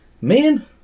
Man